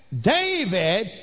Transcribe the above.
David